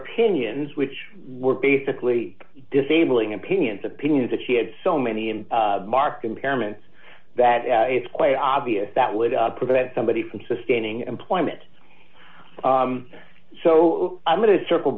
opinions which were basically disabling opinions opinions that she had so many and mark impairments that it's quite obvious that would prevent somebody from sustaining employment so i'm going to circle